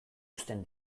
uzten